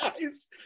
guys